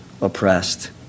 oppressed